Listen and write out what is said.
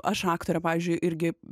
aš aktorė pavyzdžiui irgi